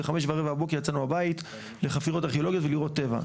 בחמש ורבע בבוקר יצאנו מהבית לחפירות ארכיאולוגיות ולראות טבע,